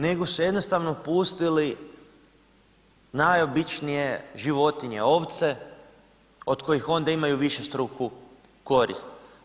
Nego su jednostavno pustili najobičnije životinje, ovce od kojih onda imaju višestruku korist.